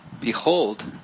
Behold